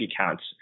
accounts